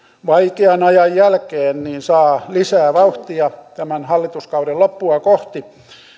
vaikean ajan jälkeen saa lisää vauhtia tämän hallituskauden loppua kohti